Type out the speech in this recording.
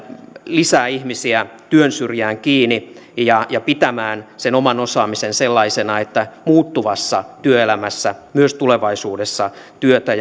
lisää ihmisiä työn syrjään kiinni ja ja pitämään sen oman osaamisen sellaisena että muuttuvassa työelämässä myös tulevaisuudessa työtä